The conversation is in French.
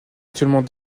actuellement